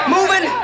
Moving